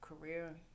career